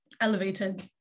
elevated